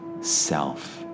self